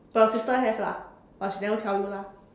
but your sister have lah but she never tell you lah